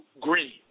Green